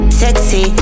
sexy